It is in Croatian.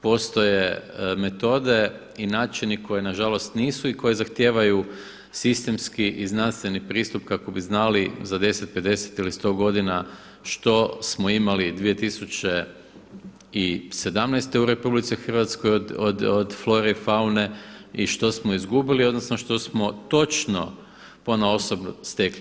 Postoje metode i načini koji na žalost nisu i koje zahtijevaju sistemski i znanstveni pristup kako bi znali za 10, 50 ili 100 godina što smo imali 2017. u RH od flore i faune i što smo izgubili, odnosno što smo točno ponaosob stekli.